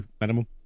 minimum